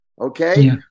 Okay